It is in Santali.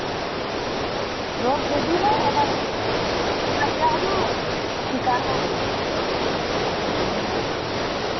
ᱨᱳᱜ ᱵᱤᱜᱷᱤᱱ ᱦᱚᱸ ᱚᱱᱟ ᱨᱮᱭᱟᱜ ᱦᱚᱸ ᱩᱯᱠᱟᱨ ᱦᱚᱸ ᱢᱮᱱᱟᱜ ᱜᱮᱭᱟ